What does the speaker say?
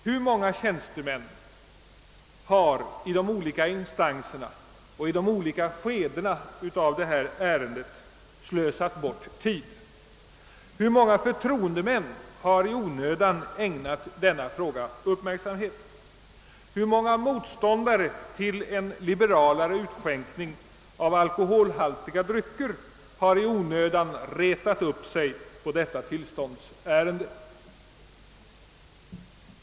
Hur många tjänstemän har i de olika instanserna och i de olika skedena av detta ärende slösat bort sin tid? Hur många förtroendemän har i onödan ägnat denna fråga uppmärksamhet? Hur många motståndare till en liberalare utskänkning av alkoholhaltiga drycker har i onödan retat upp sig på detta tillståndsärende?